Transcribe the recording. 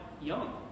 young